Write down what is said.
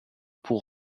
pour